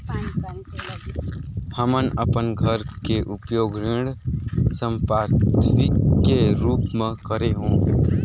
हमन अपन घर के उपयोग ऋण संपार्श्विक के रूप म करे हों